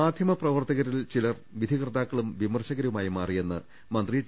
മാധ്യമ പ്രവർത്തകരിൽ ചിലർ വിധികർത്താക്കളും വിമർശകരു മായി മാറിയെന്ന് മന്ത്രി ടി